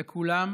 וכולם